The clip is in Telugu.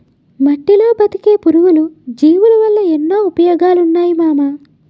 మట్టిలో బతికే పురుగులు, జీవులవల్ల ఎన్నో ఉపయోగాలున్నాయిరా మామా